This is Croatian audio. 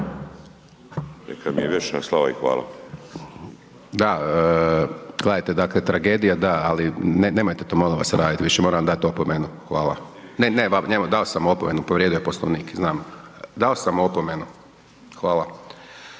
Dončić, Siniša (SDP)** Da, gledajte, dakle, tragedija da, ali nemojte to molim vas raditi više, moram vam dati opomenu. Hvala. Ne, ne, dao sam opomenu, povrijedio je Poslovnik, znam, dao sam opomenu. Hvala.